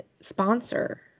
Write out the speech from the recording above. sponsor